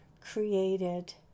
created